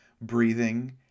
breathing